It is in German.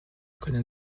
können